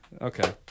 Okay